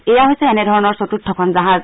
এয়া হৈছে এনেধৰণৰ চতুৰ্থখন জাহাজ